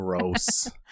Gross